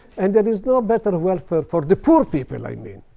and there is no better welfare for the poor people, i mean.